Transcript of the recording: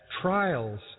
trials